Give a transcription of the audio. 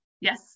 Yes